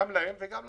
גם להם וגם לאחרים.